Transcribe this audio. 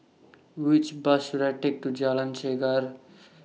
Which Bus should I Take to Jalan Chegar